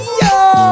yo